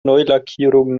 neulackierung